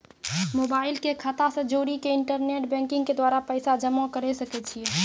Mobile के खाता से जोड़ी के इंटरनेट बैंकिंग के द्वारा पैसा जमा करे सकय छियै?